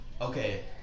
Okay